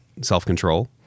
self-control